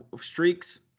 streaks